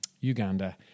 Uganda